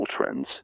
trends